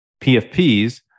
PFPs